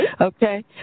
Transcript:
Okay